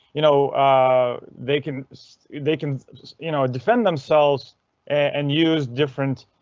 you know they can so they can you know defend themselves and use different.